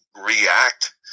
react